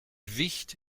wicht